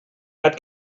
gat